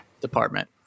department